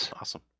Awesome